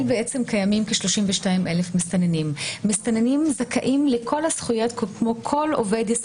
קודם כול אני חייבת לציין שבישראל קיימים כ-32,000 מסתננים.